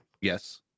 Yes